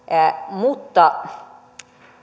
mutta